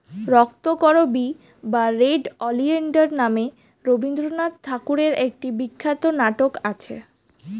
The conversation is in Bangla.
রক্তকরবী বা রেড ওলিয়েন্ডার নামে রবিন্দ্রনাথ ঠাকুরের একটি বিখ্যাত নাটক আছে